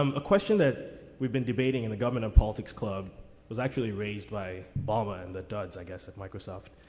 um a question that we've been debating in the government and politics club was actually raised by obama and the duds i guess of microsoft.